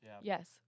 Yes